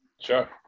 Sure